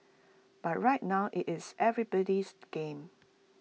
but right now IT is everybody's game